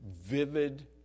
vivid